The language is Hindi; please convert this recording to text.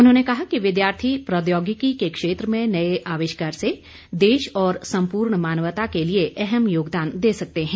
उन्होंने कहा कि विद्यार्थी प्रौद्योगिकी के क्षेत्र में नए अविष्कार से देश और संपूर्ण मानवता के लिए अहम योगदान दे सकते हैं